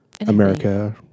America